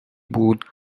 بود